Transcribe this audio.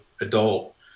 adult